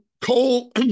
Cole